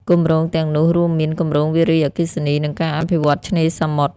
គម្រោងទាំងនោះរួមមាន គម្រោងវារីអគ្គិសនី និងការអភិវឌ្ឍន៍ឆ្នេរសមុទ្រ។